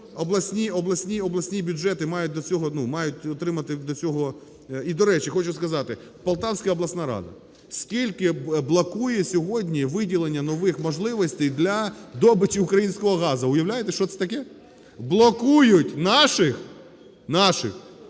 цього, ну, мають отримати до цього… І, до речі, хочу сказати, Полтавська обласна рада. Скільки блокує сьогодні виділення нових можливостей для добичі українського газу? Уявляєте, що це таке? Блокують наших взамін